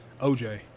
OJ